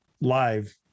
live